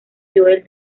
joel